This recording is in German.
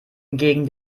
entgegen